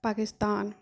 Pakistan